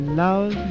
love